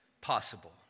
possible